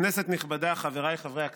כנסת נכבדה, חבריי חברי הכנסת,